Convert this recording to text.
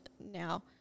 now